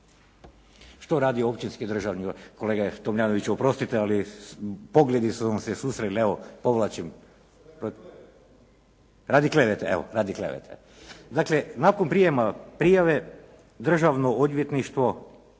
Što radi općinski državni odvjetnik, kolega Tomljanoviću oprostite, ali pogledi su vam se susreli, evo povlačim. Radi klevete, evo radi klevete. Dakle, nakon prijema prijave državno odvjetništvo